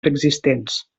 preexistents